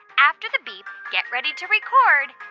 after the beep, get ready to record